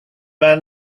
man